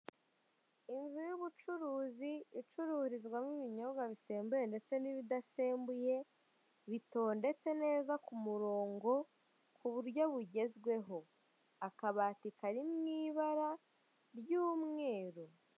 Inzu y'ubucuruzi icururizwamo ibinyobwa bisembuye ndetse n'ibidasembuye bitondetse neza ku murongo ku buryo bugezweho, akabati karimo ibara ry'umweru.